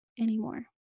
anymore